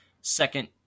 second